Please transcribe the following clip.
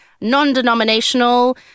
non-denominational